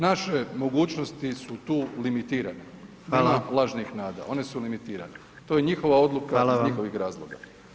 Naše mogućnosti su tu limitirane, … lažnih nada one su limitirane, to je njihova odluka iz njihovih razloga.